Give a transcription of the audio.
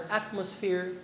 atmosphere